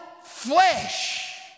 flesh